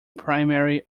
primary